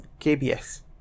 KBS